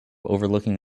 overlooking